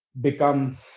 become